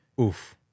Oof